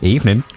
Evening